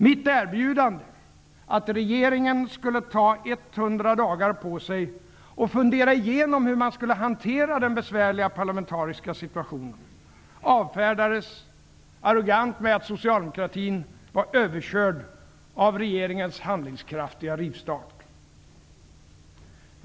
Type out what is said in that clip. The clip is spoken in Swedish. Mitt erbjudande att regeringen skulle ta 100 dagar på sig och fundera igenom hur man skulle hantera den besvärliga parlamentariska situationen avfärdades arrogant med att socialdemokratin var överkörd av regeringens handlingskraftiga rivstart.